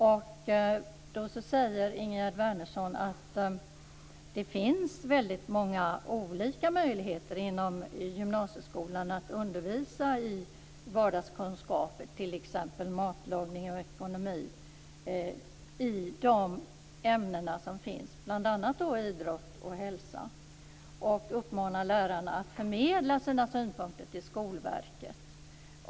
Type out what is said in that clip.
Då säger Ingegerd Wärnersson att det inom gymnasieskolan finns väldigt många olika möjligheter att undervisa i vardagskunskap, t.ex. matlagning och ekonomi, i de ämnen som finns, bl.a. idrott och hälsa. Hon uppmanar lärarna att förmedla sina synpunkter till Skolverket.